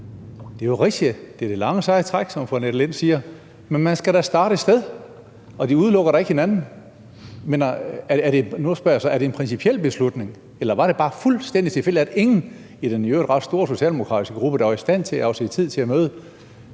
Det er rigtigt, at det er det lange seje træk, som fru Annette Lind siger, men man skal da starte et sted, og de udelukker da ikke hinanden. Nu spørger jeg så: Er det en principiel beslutning, eller var det bare fuldstændig tilfældigt, at ingen i den i øvrigt ret store socialdemokratiske gruppe var i stand til at afsætte tid til et møde